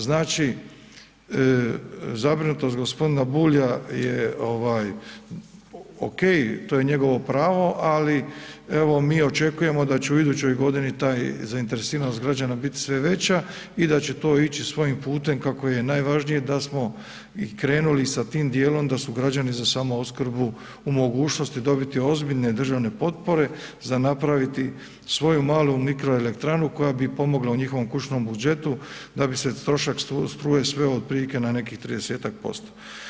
Znači, zabrinutost g. Bulja je okej, to je njegovo pravo ali evo mi očekujemo da će u idućoj godini ta zainteresiranost građana bit sve veća i da će to ići svojim putem kako je najvažnije da smo i krenuli i sa tim djelom, da su građani za samoopskrbu u mogućnosti dobiti ozbiljne države potpore za napraviti svoju malu mikroelektranu koja bi pomogla u njihovom kućnom budžetu da se trošak struje sveo otprilike na nekih 30-ak posto.